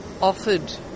offered